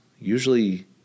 Usually